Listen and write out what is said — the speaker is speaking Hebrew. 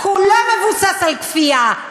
כולו מבוסס על כפייה.